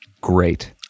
great